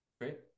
Great